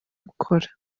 gukora